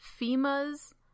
FEMA's